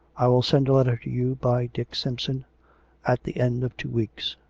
i will send a letter to you by dick sampson at the end of two weeks.